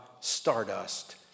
stardust